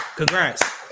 Congrats